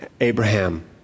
Abraham